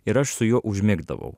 ir aš su juo užmigdavau